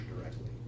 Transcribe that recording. directly